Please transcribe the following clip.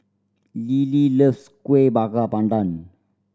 Lily loves Kuih Bakar Pandan